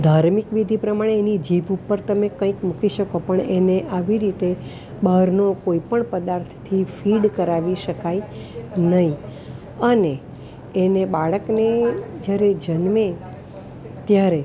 ધાર્મિક વિધિ પ્રમાણે એની જીભ ઉપર તમે કંઇક મૂકી શકો પણ એને આવી રીતે બહારનો કોઈ પણ પદાર્થથી ફીડ કરાવી શકાય નહીં અને એને બાળકને જ્યારે જન્મે ત્યારે